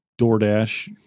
DoorDash